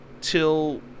till